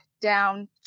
down